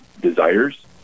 desires